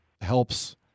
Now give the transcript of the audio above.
helps